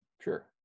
Sure